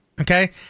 okay